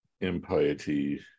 Impiety